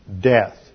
death